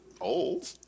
old